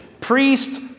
priest